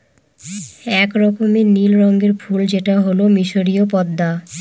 এক রকমের নীল রঙের ফুল যেটা হল মিসরীয় পদ্মা